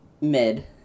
Mid